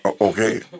Okay